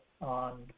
on